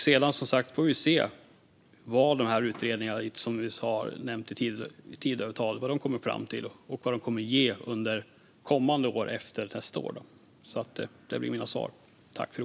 Sedan får vi se vad de utredningar som finns med i Tidöavtalet kommer fram till och vad de kommer att ge under kommande år efter nästa år. Det är mina svar.